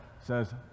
says